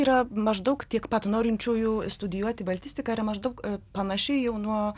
yra maždaug tiek pat norinčiųjų studijuoti baltistiką yra maždaug panašiai jau nuo